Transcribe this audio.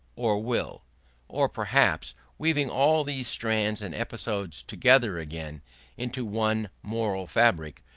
or will or perhaps, weaving all these strands and episodes together again into one moral fabric,